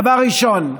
דבר ראשון,